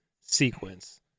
sequence